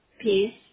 peace